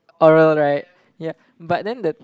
oral right yeah but then the